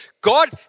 God